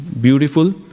beautiful